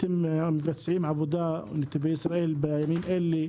נתיבי ישראל, אתם מבצעים שם עבודה בימים אלה,